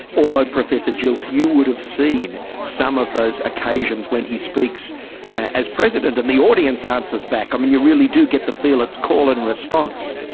although professor gilkes you would have seen some of those occasions when he speaks as president and the audience answers back. i mean, you really do get the feel it's call and response.